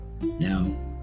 now